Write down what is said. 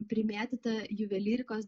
primėtyta juvelyrikos